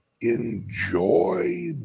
Enjoy